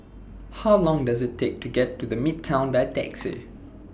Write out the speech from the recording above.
How Long Does IT Take to get to The Midtown By Taxi